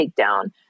takedown